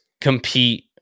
compete